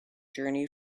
journey